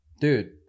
Dude